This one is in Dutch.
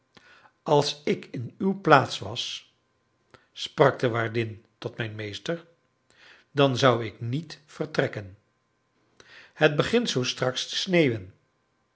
als ik in uw plaats was sprak de waardin tot mijn meester dan zou ik niet vertrekken het begint zoo straks te sneeuwen